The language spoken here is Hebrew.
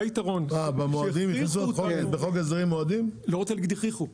אני לא רוצה להגיד שהכריחו.